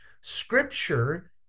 scripture